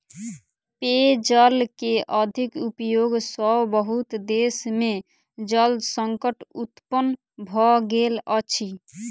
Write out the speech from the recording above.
पेयजल के अधिक उपयोग सॅ बहुत देश में जल संकट उत्पन्न भ गेल अछि